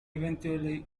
eventually